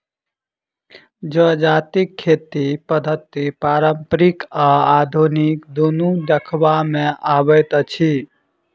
जजातिक खेती पद्धति पारंपरिक आ आधुनिक दुनू देखबा मे अबैत अछि